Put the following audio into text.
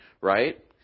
right